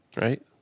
right